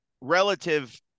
relative